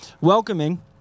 Welcoming